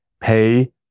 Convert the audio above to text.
pay